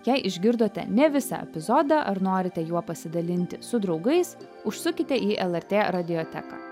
jei išgirdote ne visą epizodą ar norite juo pasidalinti su draugais užsukite į lrt radijoteką